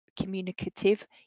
communicative